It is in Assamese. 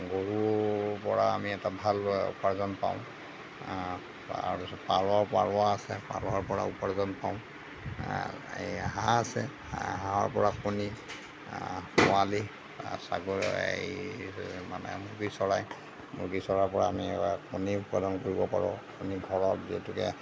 গৰুৰপৰা আমি এটা ভাল উপাৰ্জন পাওঁ তাৰপাছত পাৰ পাৰ আছে পাৰৰপৰাও উপাৰ্জন পাওঁ এই হাঁহ আছে হাঁহ হাঁহৰ পৰা কণী পোৱালি তাৰ ছাগ এই মানে মুৰ্গী চৰাই মুৰ্গী চৰাইৰপৰা আমি কণী উৎপাদন কৰিব পাৰোঁ আমি ঘৰত যিহেতুকে